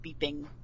beeping